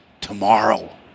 tomorrow